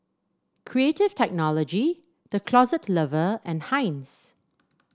Creative Technology The Closet Lover and Heinz